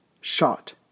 shot